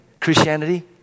Christianity